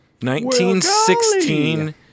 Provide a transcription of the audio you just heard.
1916